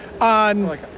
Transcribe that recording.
on